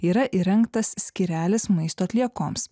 yra įrengtas skyrelis maisto atliekoms